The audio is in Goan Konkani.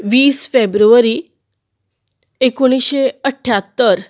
वीस फेब्रूवारी एकूणीशें अठ्यात्तर